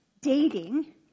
dating